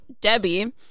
Debbie